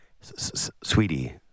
sweetie